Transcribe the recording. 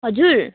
हजुर